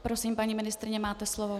Prosím, paní ministryně, máte slovo.